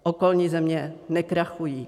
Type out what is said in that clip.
Okolní země nekrachují.